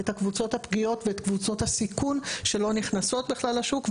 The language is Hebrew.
את הקבוצות הפגיעות ואת קבוצות הסיכון שלא נכנסות בכלל לשוק.